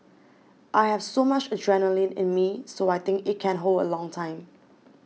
I have so much adrenaline in me so I think it can hold a long time